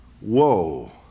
whoa